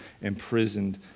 imprisoned